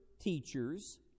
teachers